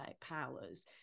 powers